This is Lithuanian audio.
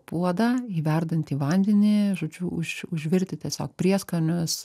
puodą į verdantį vandenį žodžiu už užvirti tiesiog prieskonius